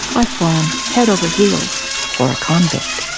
i've fallen head-over-heels for a convict.